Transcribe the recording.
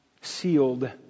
sealed